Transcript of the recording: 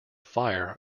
fire